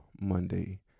Monday